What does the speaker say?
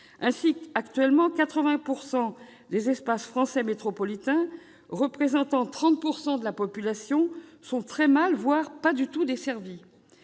Actuellement, 80 % des espaces français métropolitains représentant 30 % de la population sont très mal, voire pas du tout desservis.